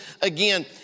again